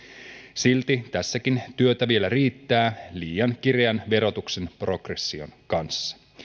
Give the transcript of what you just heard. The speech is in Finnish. silti tässäkin työtä vielä riittää liian kireän verotuksen progression kanssa